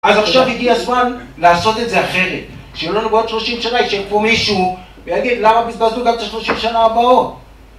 אז עכשיו הגיע הזמן לעשות את זה אחרת כשיהיו לנו בעוד 30 שנה, יישב פה מישהו ויגיד, למה בזבזנו גם את ה-30 שנה הבאות?